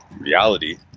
reality